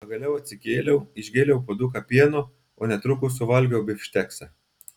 pagaliau atsikėliau išgėriau puoduką pieno o netrukus suvalgiau bifšteksą